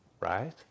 right